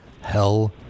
Hell